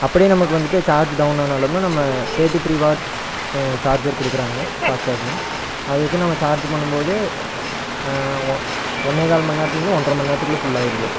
அப்படியே நமக்கு வந்துவிட்டு சார்ஜ் டவுன் ஆனாலுமே நம்ம தேர்ட்டி த்ரீ வார்ட் சார்ஜர் கொடுக்குறாங்க ஃபாஸ்ட் சார்ஜிங் அதை வெச்சி நம்ம சார்ஜ் பண்ணும் போது ஒன்னேகால் மணி நேரத்திலேருந்து ஒன்றரை மணி நேரத்துக்குள்ளே ஃபுல் ஆகிடுது